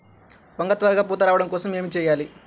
వంగ త్వరగా పూత రావడం కోసం ఏమి చెయ్యాలి?